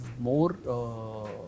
more